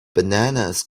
bananas